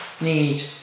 need